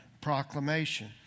proclamation